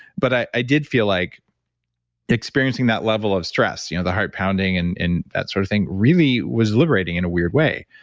but i did feel like experiencing that level of stress, you know the heart pounding and that sort of thing really was liberating in a weird way.